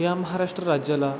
या महाराष्ट्र राज्याला